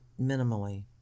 minimally